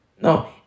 No